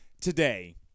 today